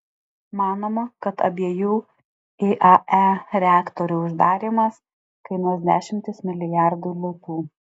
manoma kad abiejų iae reaktorių uždarymas kainuos dešimtis milijardų litų